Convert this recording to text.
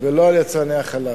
ולא על יצרני החלב.